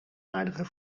aardige